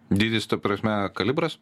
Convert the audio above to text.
dydis ta prasme kalibras